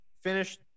finish